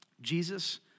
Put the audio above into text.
Jesus